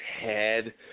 head